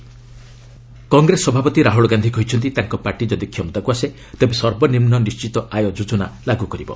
ଆସାମ ରାହୁଲ ଗାନ୍ଧି କଂଗ୍ରେସ ସଭାପତି ରାହୁଲ ଗାନ୍ଧି କହିଛନ୍ତି ତାଙ୍କ ପାର୍ଟି ଯଦି କ୍ଷମତାକୁ ଆସେ ତେବେ ସର୍ବନିମ୍ନ ନିର୍ଣ୍ଣିତ ଆୟ ଯୋଜନା ଲାଗୁ କରିବ